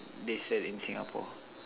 they sell in Singapore